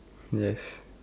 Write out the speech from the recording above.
yes